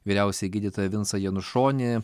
vyriausiąjį gydytoją vincą janušonį